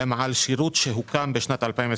הם על שירות שהוקם ב-22',